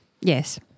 Yes